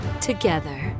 together